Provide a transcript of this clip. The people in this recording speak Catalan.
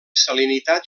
salinitat